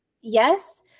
yes